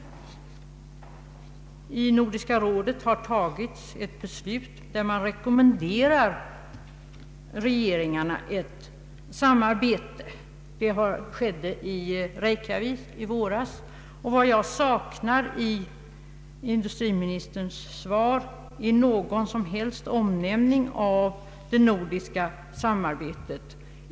Nordiska rådet har fattat eit beslut, som innebär att man rekommenderar regeringarna ett samarbete. Detta beslut fattades i Reykjavik i februari, och vad jag saknar i industriministerns svar är en erinran om det nordiska samarbetet.